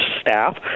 staff